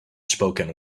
spoken